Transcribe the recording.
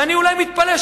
ואני אולי מתפלא,